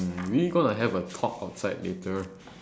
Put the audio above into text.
mm we gonna have a talk outside later